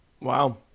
Wow